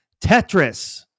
Tetris